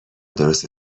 درست